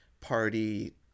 party